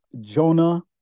Jonah